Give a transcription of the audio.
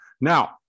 Now